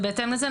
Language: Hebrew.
ובהתאם לזה,